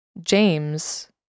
James